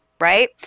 right